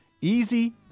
easy